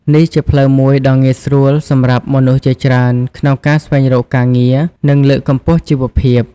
នេះជាផ្លូវមួយដ៏ងាយស្រួលសម្រាប់មនុស្សជាច្រើនក្នុងការស្វែងរកការងារ និងលើកកម្ពស់ជីវភាព។